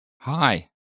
Hi